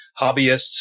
hobbyists